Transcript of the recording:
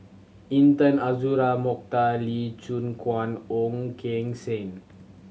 Intan Azura Mokhtar Lee Choon Guan Ong Keng Sen